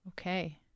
Okay